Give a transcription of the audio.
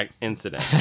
incident